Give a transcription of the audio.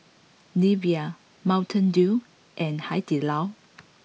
Nivea Mountain Dew and Hai Di Lao